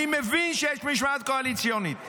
אני מבין שיש משמעת קואליציונית,